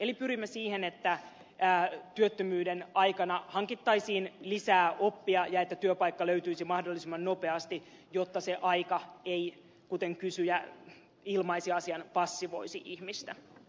eli pyrimme siihen että työttömyyden aikana hankittaisiin lisää oppia ja että työpaikka löytyisi mahdollisimman nopeasti jotta se aika ei kuten kysyjä ilmaisi asian passivoisi ihmistä